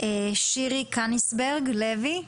שירי קניגסברג לוי,